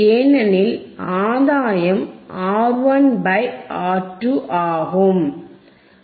ஏனெனில் ஆதாயம் R1 by R2 ஆகும்